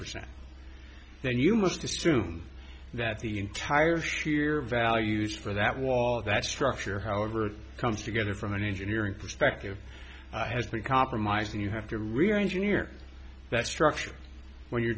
percent then you must assume that the entire shear values for that wall that structure however comes together from an engineering perspective has been compromised and you have to rearrange near that structure when you're